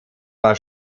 war